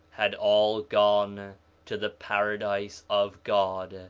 had all gone to the paradise of god,